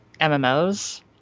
MMOs